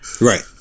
right